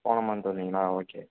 போன மன்த் வந்தீங்களா ஓகே